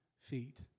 feet